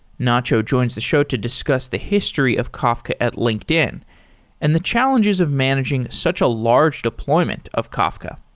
nacho joins the show to discuss the history of kafka at linkedin and the challenges of managing such a large deployment of kafka.